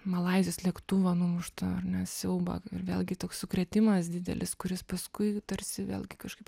malaizijos lėktuvą numuštą ar ne siaubą ir vėlgi toks sukrėtimas didelis kuris paskui tarsi vėlgi kažkaip